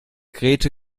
geräte